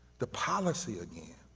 the policy again,